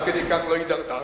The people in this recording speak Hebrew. עד כדי כך לא הידרדרת,